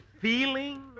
feeling